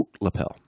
lapel